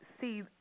see